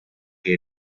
que